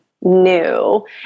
new